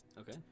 Okay